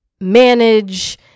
manage